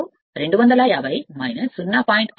5 Ω కాబట్టి Eb 2 250 0